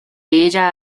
ella